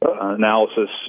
analysis